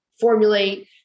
formulate